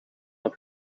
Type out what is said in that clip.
het